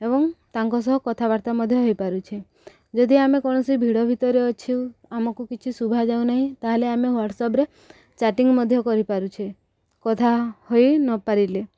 ଏବଂ ତାଙ୍କ ସହ କଥାବାର୍ତ୍ତା ମଧ୍ୟ ହେଇପାରୁଛେ ଯଦି ଆମେ କୌଣସି ଭିଡ଼ ଭିତରେ ଅଛୁ ଆମକୁ କିଛି ଶୁଭା ଯାଉନାହିଁ ତାହେଲେ ଆମେ ହ୍ଵାଟ୍ସଆପ୍ରେ ଚାଟିଂ ମଧ୍ୟ କରିପାରୁଛେ କଥା ହୋଇ ନପାରିଲେ